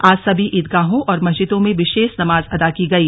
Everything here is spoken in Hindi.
आज सभी ईदगाहों और मस्जिदों में विशेष नमाज अदा की गई